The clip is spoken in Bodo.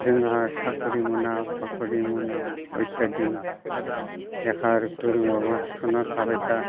जोंहा साख्रि मोना बाख्रि मोना अत्यादि लेखा गोरोंब्लाबो हाबसोना थाबाय था